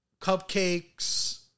cupcakes